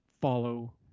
follow